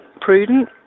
prudent